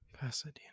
Pasadena